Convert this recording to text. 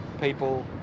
people